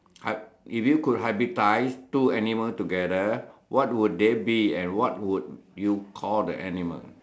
hy~ if you could hybridise two animal together what would they be and what would you call the animal